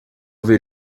ver